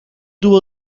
tuvo